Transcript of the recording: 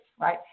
right